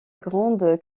grande